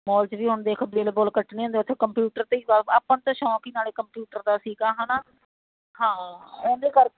mall 'ਚ ਵੀ ਹੁਣ ਦੇਖੋ ਬਿਲ ਬੁਲ ਕੱਟਣੇ ਹੁੰਦੇ ਉੱਥੇ ਕੰਪਿਊਟਰ 'ਤੇ ਹੀ ਵਾ ਆਪਾਂ ਨੂੰ ਤਾਂ ਸ਼ੌਂਕ ਹੀ ਨਾਲੇ ਕੰਪਿਊਟਰ ਦਾ ਸੀਗਾ ਹੈ ਨਾ ਹਾਂ ਉਹਦੇ ਕਰਕੇ